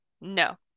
No